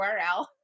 URL